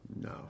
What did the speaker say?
No